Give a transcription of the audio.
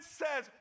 says